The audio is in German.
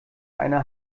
eine